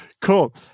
Cool